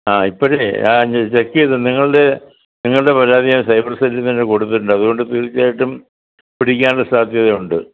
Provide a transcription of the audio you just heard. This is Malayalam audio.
ആ ഇപ്പോഴേ ആ ചെക്ക് ചെയ്തു നിങ്ങളുടെ നിങ്ങളുടെ പരാതി ഞാൻ സൈബർ സെല്ലിൽ തന്നെ കൊടുത്തിട്ടുണ്ട് അതുകൊണ്ട് തീർച്ചയായിട്ടും പിടിക്കാനുള്ള സാധ്യത ഉണ്ട്